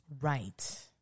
Right